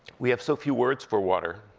we have so few words for water,